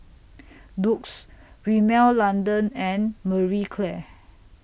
Doux Rimmel London and Marie Claire